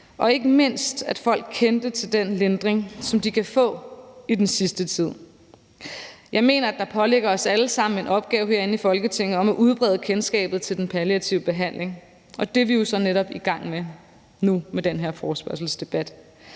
og ikke mindst, at folk kendte til den lindring, som de kan få i den sidste tid. Jeg mener, at der påhviler os alle sammen herinde i Folketinget en opgave om at udbrede kendskabet til den palliative behandling, og det er vi jo med den her forespørgselsdebat